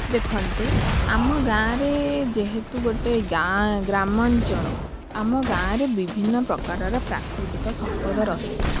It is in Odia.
ଦେଖନ୍ତୁ ଆମ ଗାଁରେ ଯେହେତୁ ଗୋଟେ ଗାଁ ଗ୍ରାମାଞ୍ଚଳ ଆମ ଗାଁରେ ବିଭିନ୍ନ ପ୍ରକାରର ପ୍ରାକୃତିକ ସମ୍ପଦ ରହିଛି